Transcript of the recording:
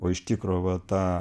o iš tikro va ta